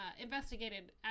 investigated